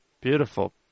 beautiful